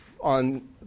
on